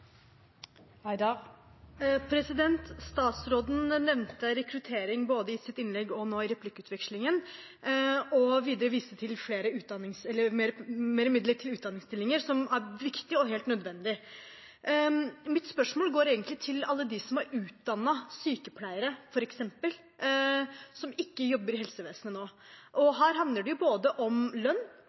Statsråden nevnte rekruttering både i sitt innlegg og nå i replikkvekslingen og viste videre til mer midler til utdanningsstillinger, som er viktig og helt nødvendig. Mitt spørsmål går egentlig på alle dem som er utdannet sykepleiere, f.eks., som ikke jobber i helsevesenet nå. Her handler det om både lønn